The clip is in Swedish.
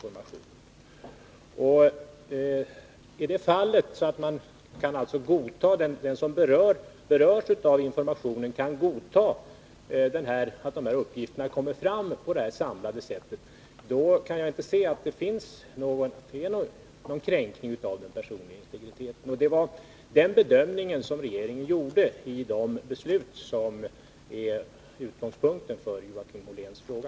Om den som berörs av informationen kan godta att uppgifterna kommer fram på detta samlade sätt, kan jag inte se att det föreligger någon kränkning av den personliga integriteten. Det var den bedömningen som regeringen gjorde i de beslut som är utgångspunkten för Joakim Olléns fråga.